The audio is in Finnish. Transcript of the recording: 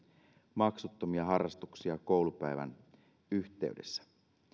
maksuttomia harrastuksia koulupäivän yhteydessä